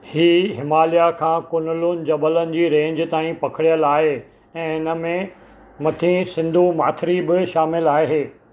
हीउ हिमालय खां कुनलुन जबलनि जी रेंज ताईं पखिड़ियलु आहे ऐं हिनमें मथीं सिंधू माथिरी बि शामिलु आहे